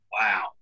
Wow